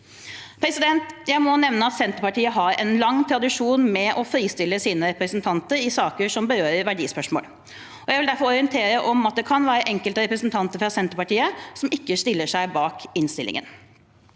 foreslått. Jeg må nevne at Senterpartiet har en lang tradisjon med å fristille sine representanter i saker som berører verdispørsmål. Jeg vil derfor orientere om at det kan være enkelte representanter fra Senterpartiet som ikke stiller seg bak innstillingen.